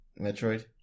Metroid